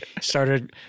Started